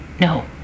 No